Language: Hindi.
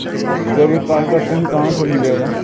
डेबिट कार्ड का पिन कहां से मिलेगा?